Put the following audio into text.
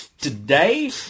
today